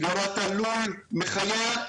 היא לא ראתה לולן בחייה,